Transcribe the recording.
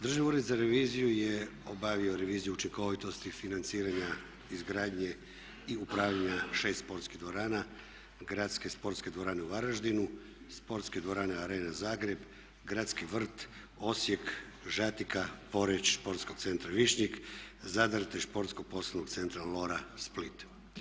Državni ured za reviziju je obavio reviziju učinkovitosti financiranja izgradnje i upravljanja 6 sportskih dvorana, gradske sportske dvorane u Varaždinu, sportske dvorane Arena Zagreb, Gradski vrt Osijek, Žatika-Poreč, sportskog centra Višnjik-Zadar te športskog poslovnog centra Lora-Split.